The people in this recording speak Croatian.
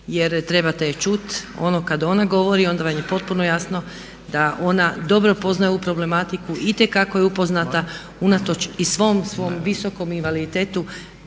jer trebate je čuti, ono kad ona govori, onda vam je potpuno jasno da ona dobro poznaje ovu problematiku, itekako je upoznata unatoč i svom, svom visokom invaliditetu,